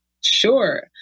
Sure